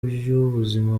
by’ubuzima